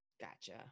gotcha